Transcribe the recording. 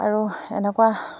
আৰু এনেকুৱা